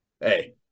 hey